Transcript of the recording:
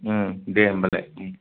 दे होनबालाय